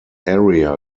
area